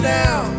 now